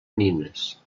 nines